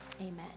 amen